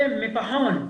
זה פחון,